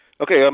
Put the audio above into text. Okay